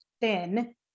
thin